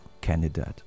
candidate